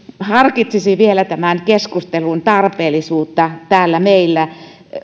harkitsisi vielä tämän keskustelun tarpeellisuutta täällä meillä